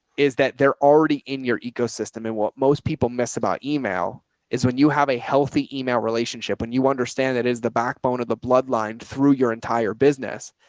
is that they're already in your ecosystem. and what most people miss about email is when you have a healthy email relationship. when you understand that is the backbone of the bloodline through your entire business,